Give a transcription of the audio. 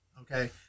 okay